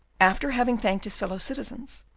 after having thanked his fellow citizens,